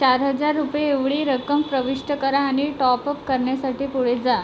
चार हजार रुपये एवढी रक्कम प्रविष्ट करा आणि टॉपअप करण्यासाठी पुढे जा